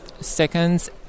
seconds